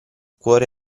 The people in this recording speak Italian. cuore